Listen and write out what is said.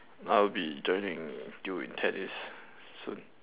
I'll be joining you you in tennis soon